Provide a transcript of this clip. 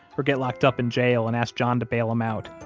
or get locked up in jail and ask john to bail him out,